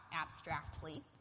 abstractly